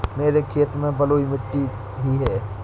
मेरे खेत में बलुई मिट्टी ही है